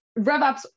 RevOps